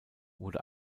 wurde